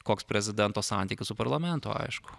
koks prezidento santykis su parlamentu aišku